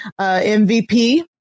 MVP